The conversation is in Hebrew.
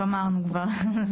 כן, אמרנו כבר.